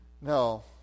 No